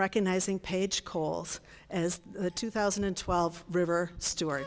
recognizing page calls as the two thousand and twelve river st